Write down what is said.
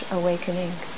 awakening